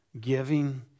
giving